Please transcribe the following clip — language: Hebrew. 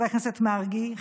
חבר הכנסת מרגי,